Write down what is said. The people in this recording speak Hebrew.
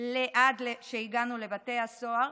עד שהגענו לבתי הסוהר,